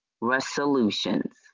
resolutions